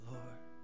Lord